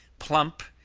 plump,